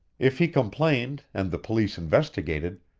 if he complained, and the police investigated,